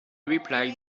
replied